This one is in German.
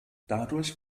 dadurch